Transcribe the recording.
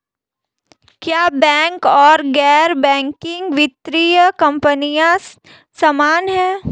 क्या बैंक और गैर बैंकिंग वित्तीय कंपनियां समान हैं?